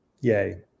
Yay